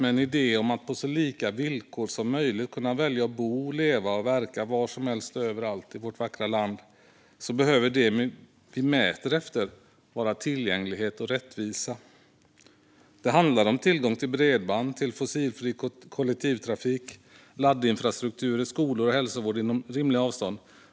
Med en idé om att på så lika villkor som möjligt kunna välja att bo, leva och verka var som helst och överallt i vårt vackra land, behöver det vi mäter vara tillgänglighet och rättvisa. Det handlar om tillgång till bredband, fossilfri kollektivtrafik, laddinfrastruktur, skolor och hälsovård inom rimliga avstånd.